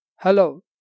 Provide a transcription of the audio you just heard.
Hello